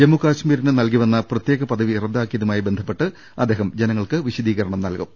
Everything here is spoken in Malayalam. ജമ്മുകശ്മീരിന് നൽകിവന്ന പ്രത്യേക പദവി റദ്ദാക്കിയ തുമായി ബന്ധപ്പെട്ട് അദ്ദേഹം ജനങ്ങൾക്ക് വിശദീകരണം നൽകും